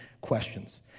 questions